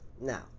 now